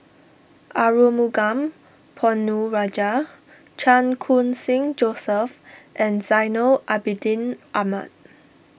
Arumugam Ponnu Rajah Chan Khun Sing Joseph and Zainal Abidin Ahmad